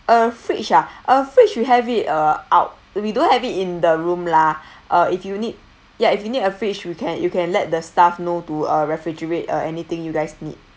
uh fridge ah uh fridge we have it uh out we don't have it in the room lah uh if you need ya if you need a fridge you can you can let the staff know to uh refrigerate uh anything you guys need